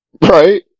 right